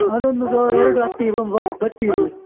ಅದೊಂದು ದ ಎರಡು ಅಟ್ಟಿಗೆ ಒಂಬ್ ವ ಅಟ್ಟಿ ಇರಲಿ